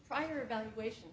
prior evaluation